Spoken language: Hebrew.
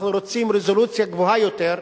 אנחנו רוצים רזולוציה גבוהה יותר,